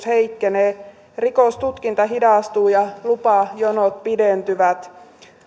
heikkenee rikostutkinta hidastuu ja lupajonot pidentyvät